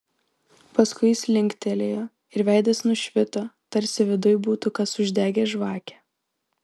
paskui jis linktelėjo ir veidas nušvito tarsi viduj būtų kas uždegęs žvakę